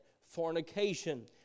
fornication